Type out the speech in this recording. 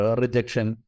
rejection